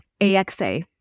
AXA